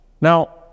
Now